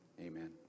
Amen